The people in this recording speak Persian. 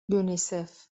یونیسف